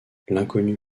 l’inconnu